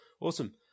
Awesome